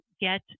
get